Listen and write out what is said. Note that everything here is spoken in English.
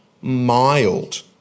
mild